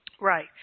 Right